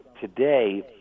today